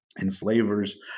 enslavers